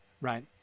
right